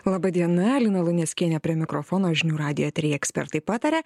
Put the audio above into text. laba diena lina luneckienė prie mikrofono žinių radijo eteryje ekspertai pataria